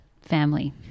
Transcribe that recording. family